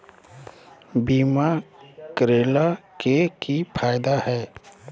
बीमा करैला के की फायदा है?